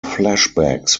flashbacks